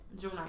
June